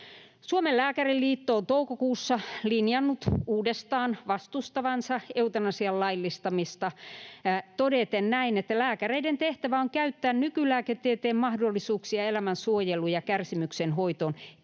Suomen Lääkäriliitto on toukokuussa linjannut uudestaan vastustavansa eutanasian laillistamista todeten näin: ”Lääkäreiden tehtävä on käyttää nykylääketieteen mahdollisuuksia elämän suojeluun ja kärsimyksen hoitoon, eikä